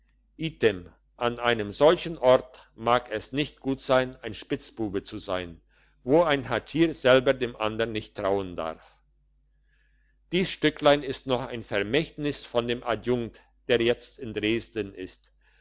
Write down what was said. an einem solchen ort mag es nicht gut sein ein spitzbube zu sein wo ein hatschier selber dem andern nicht trauen darf dies stücklein ist noch ein vermächtnis von dem adjunkt der jetzt in dresden ist